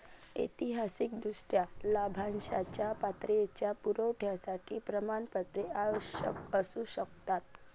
ऐतिहासिकदृष्ट्या, लाभांशाच्या पात्रतेच्या पुराव्यासाठी प्रमाणपत्रे आवश्यक असू शकतात